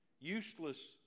useless